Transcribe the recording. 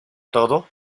todo